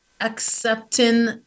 accepting